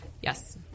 Yes